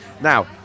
Now